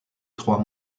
trois